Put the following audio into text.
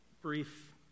brief